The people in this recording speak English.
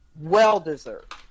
Well-deserved